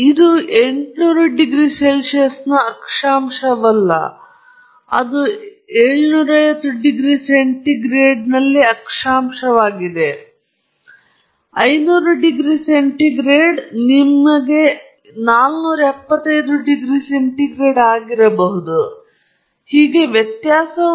ಇದು 800 degree C ನಲ್ಲಿ ಅಕ್ಷಾಂಶವಲ್ಲ ಅದು 750 ಡಿಗ್ರಿ ಸಿ ನಲ್ಲಿ ಅಕ್ಷಾಂಶವಾಗಿದೆ 500 ಡಿಗ್ರಿ ಸಿ ನೀವು 475 ಡಿಗ್ರಿ ಸಿ ಆಗಿರಬಹುದು ಮತ್ತು ವ್ಯತ್ಯಾಸವು ಸಹ ಒಂದೇ ಆಗಿರಬಾರದು ಇಲ್ಲಿ 25 ಡಿಗ್ರಿ ವ್ಯತ್ಯಾಸವಾಗಬಹುದು ಇದು ಇಲ್ಲಿ 50 ಡಿಗ್ರಿಗಳ ವ್ಯತ್ಯಾಸವಾಗಬಹುದು ಇದು ಇರಬಹುದು ಇಲ್ಲಿ 100 ಡಿಗ್ರಿ ವ್ಯತ್ಯಾಸವಿದೆ